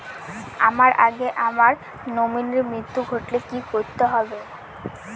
আমার আগে আমার নমিনীর মৃত্যু ঘটলে কি করতে হবে?